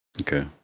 Okay